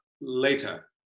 later